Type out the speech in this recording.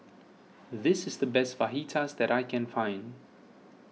this is the best Fajitas that I can find